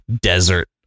desert